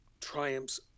triumphs